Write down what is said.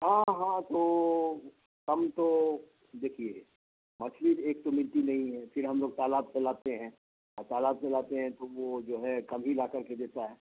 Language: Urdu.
ہاں ہاں تو کم تو دیکھیے مچھلی ایک تو ملتی نہیں ہے پھر ہم لوگ تالاب سےلاتے ہیں اور تالاب سے لاتے ہیں تو وہ جو ہے کم ہی لا کر کے دیتا ہے